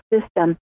system